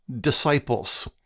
disciples